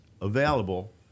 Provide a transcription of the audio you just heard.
available